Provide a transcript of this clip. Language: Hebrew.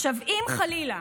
עכשיו, אם חלילה